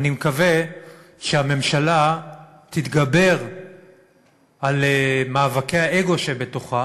אני מקווה שהממשלה תתגבר על מאבקי האגו שבתוכה